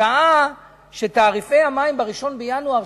בשעה שתעריפי המים שעולים ב-1 בינואר,